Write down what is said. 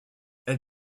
elle